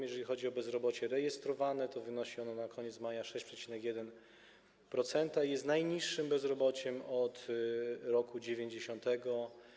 Jeżeli chodzi o bezrobocie rejestrowane, to wyniosło ono na koniec maja 6,1% i jest najniższym bezrobociem od roku 1990.